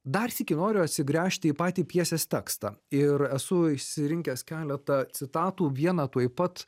dar sykį noriu atsigręžti į patį pjesės tekstą ir esu išsirinkęs keletą citatų vieną tuoj pat